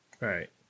Right